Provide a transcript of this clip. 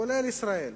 כולל ישראל,